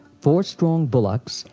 four strong bullocks,